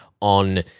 on